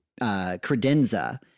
credenza